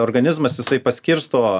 organizmas jisai paskirsto